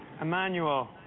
Emmanuel